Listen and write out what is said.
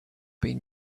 been